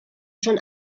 schon